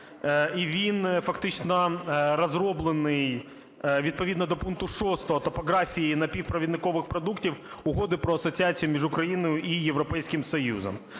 і він фактично розроблений відповідно до пункту 6 топографії напівпровідникових продуктів Угоди про асоціацію між Україною і Європейським Союзом.